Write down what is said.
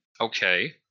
Okay